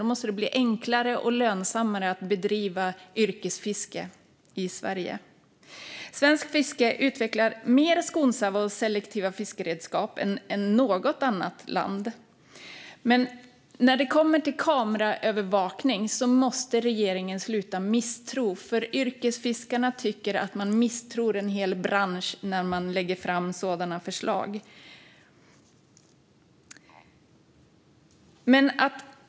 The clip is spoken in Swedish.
Det måste bli enklare och lönsammare att bedriva yrkesfiske i Sverige. Svenskt fiske utvecklar mer skonsamma och selektiva fiskeredskap än något annat land. Men när det kommer till kameraövervakning måste regeringen sluta att misstro. Yrkesfiskarna tycker att man misstror en hel bransch när man lägger fram sådana förslag.